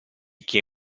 che